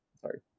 Sorry